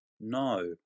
No